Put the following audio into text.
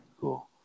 cool